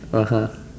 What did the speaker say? (uh huh)